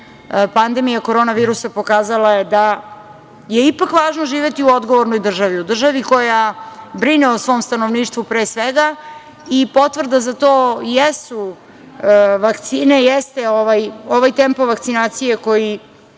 nisu. Pandemija korona virusa pokazala je da je ipak važno živeti u odgovornoj državi, u državi koja brine o svom stanovništvu, pre svega. Potvrda za to jesu vakcine, jeste ovaj tempo vakcinacije koji